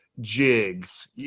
jigs